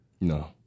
No